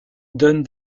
donne